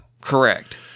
Correct